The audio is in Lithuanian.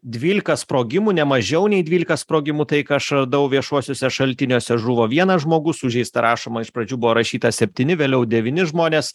dvylika sprogimų nemažiau nei dvylika sprogimų tai ką aš radau viešuosiuose šaltiniuose žuvo vienas žmogus sužeista rašoma iš pradžių buvo rašyta septyni vėliau devyni žmonės